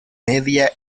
media